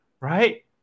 Right